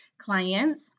clients